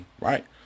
right